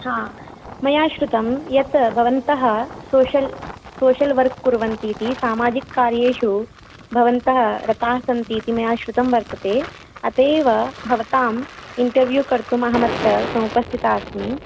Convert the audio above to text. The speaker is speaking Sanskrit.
हा मया श्रुतं यत् भवन्तः सोशय्ल् सोशय्ल् वर्क् कुर्वन्तीति सामाजिककार्येषु भवन्तः रतास्सन्ति इति मया श्रुतं वर्तते अतेव भवताम् इण्टर्व्यू कर्तुम् अहम् अत्र समुपस्थिता अस्मि